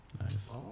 Nice